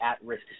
at-risk